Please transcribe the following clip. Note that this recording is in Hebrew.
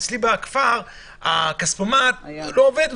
אצלי בכפר הכספומט לא עובד,